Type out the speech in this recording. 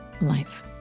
Life